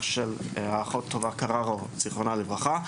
של האחות טובה קררו זיכרונה לברכה.